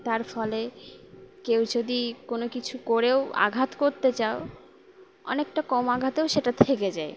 তার ফলে কেউ যদি কোনো কিছু করেও আঘাত করতে চাও অনেকটা কম আঘাতেও সেটা থেকে যায়